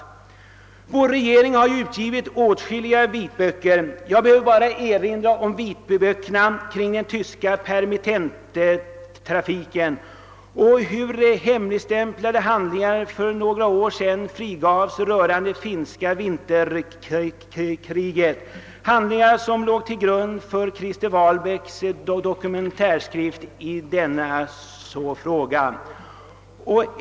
Vår regering har givit ut åtskilliga vitböcker. Jag behöver bara erinra om vitböckerna kring den tyska permittenttrafiken och om hur hemligstämplade handlingar rörande det finska vinterkriget frigavs för några år sedan, handlingar som låg till grund för Krister Wahlbäcks dokumentärskrift i denna fråga.